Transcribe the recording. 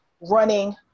running